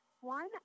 one